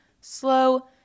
slow